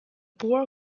poor